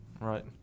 right